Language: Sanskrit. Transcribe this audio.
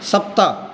सप्त